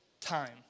time